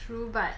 true but